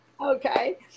Okay